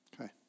Okay